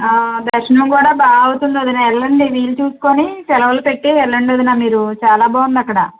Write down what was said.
దర్శనం కూడా బాగా అవుతుంది వదిన వెళ్ళండి వీలు చూసుకుని సెలవులు పెట్టి వెళ్ళండి వదినా మీరు చాలా బాగుంది అక్కడ